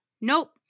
nope